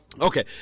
okay